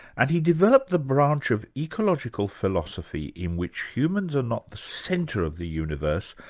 and he developed the branch of ecological philosophy in which humans are not the centre of the universe,